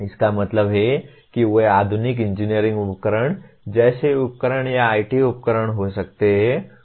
इसका मतलब है कि वे आधुनिक इंजीनियरिंग उपकरण जैसे उपकरण या IT उपकरण हो सकते हैं